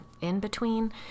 in-between